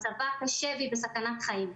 מצבה קשה והיא בסכנת חיים.